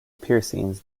piercings